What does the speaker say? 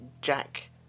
Jack